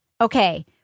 Okay